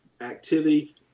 activity